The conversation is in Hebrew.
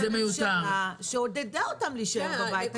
הייתה ממשלה שעודדה אותם להישאר בבית,